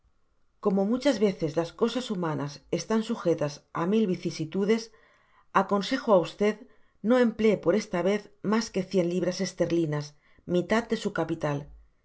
como muchas veces las cosas humanas están sujetas á mil vicisitudes aconsejo á v no emplee por esta vez mas que cien libras esterlinas mitad de su capital